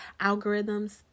algorithms